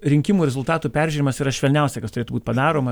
rinkimų rezultatų peržiūrėjimas yra švelniausia kas turėtų būt padaroma